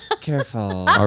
Careful